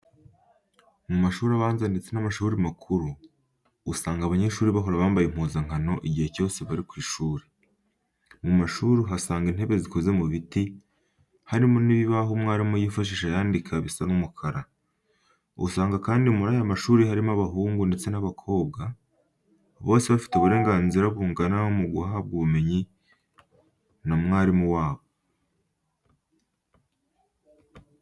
Mu mashuri abanza ndetse n'amashuri makuru, usanga abanyeshuri bahora bambaye impuzankano igihe cyose bari kw'ishuri. Mu mashuri uhasanga intebe zikoze mu biti, harimo n'ibibaho mwarimu yifashisha yandika bisa umukara. Usanga kandi muri aya mashuri harimo abahungu ndetse n'abakombwa, bose bafite uburenganzira bungana muguhabwa ubumenyi na mwarimu wabo.